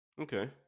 Okay